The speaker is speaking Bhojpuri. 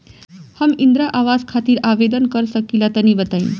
हम इंद्रा आवास खातिर आवेदन कर सकिला तनि बताई?